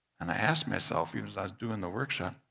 and i asked myself, even as i was doing the workshop,